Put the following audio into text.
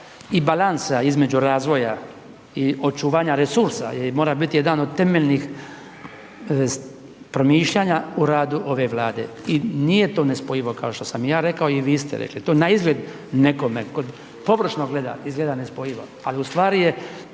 i balansa između razvoja i očuvanja resursa i mora biti jedan od temeljnih promišljanja u radu ove Vlade. I nije to nespojivo kao što sam i ja rekao i vi ste rekli. To na izgled nekome tko površno gleda izgleda nespojivo, ali u stvari je